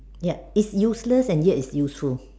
ya it's useless and yet it's useful